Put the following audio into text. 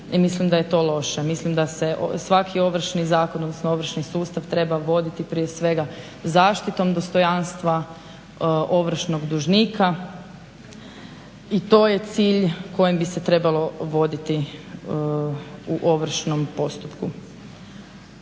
mislim da je to loše. Mislim da se svaki Ovršni zakon, odnosno ovršni sustav treba voditi prije svega zaštitom dostojanstva ovršnog dužnika i to je cilj kojem bi se trebalo voditi u ovršnom postupku.